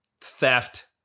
theft